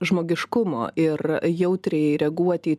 žmogiškumo ir jautriai reaguoti į